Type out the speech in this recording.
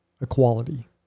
equality